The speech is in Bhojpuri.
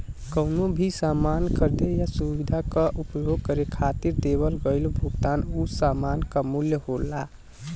कउनो भी सामान खरीदे या सुविधा क उपभोग करे खातिर देवल गइल भुगतान उ सामान क मूल्य होला